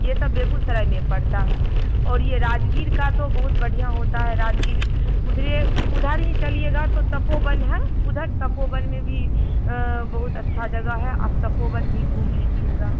यह सब बेगूसराय में पड़ता है और यह राजगीर का तो बहुत बढ़िया होता है राजगीर उधर उधर ही चलिएगा तो तपोवन है उधर तपोवन में भी बहुत अच्छा जगह है अब तपोवन भी घूम लीजिएगा